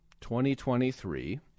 2023